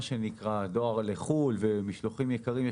דואר לחוץ לארץ ומשלוחים יקרים,